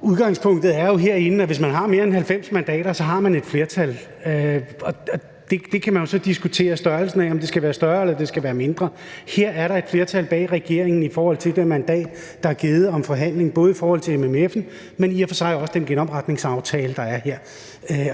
Udgangspunktet er jo herinde, at hvis man har mere end 90 mandater, så har man et flertal. Det kan man jo så diskutere størrelsen af – om det skal være større eller det skal være mindre. Her er der et flertal bag regeringen i forhold til det mandat om forhandling, der er givet, i forhold til både MFF'en, men i og for sig også den genopretningsaftale, der er her.